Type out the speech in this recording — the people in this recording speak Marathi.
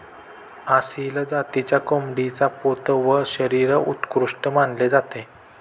आसिल जातीच्या कोंबडीचा पोत व शरीर उत्कृष्ट मानले जाते